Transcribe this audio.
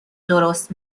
درست